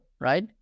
right